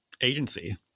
agency